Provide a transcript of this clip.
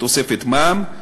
בתוספת מע"מ,